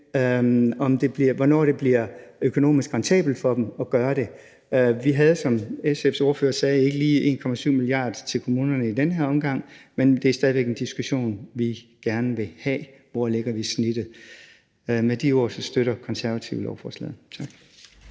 hvornår det bliver økonomisk rentabelt for dem at gøre det. Vi havde, som SF's ordfører sagde, ikke lige 1,7 mia. kr. til kommunerne i den her omgang, men det er stadig væk en diskussion, vi gerne vil have: Hvor lægger vi snittet? Med de ord støtter Konservative lovforslaget. Tak.